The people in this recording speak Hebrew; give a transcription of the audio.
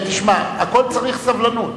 לכול צריך סבלנות.